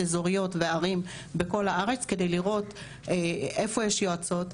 אזוריות וערים בכל הארץ כדי לראות איפה יש יועצות,